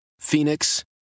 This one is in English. Phoenix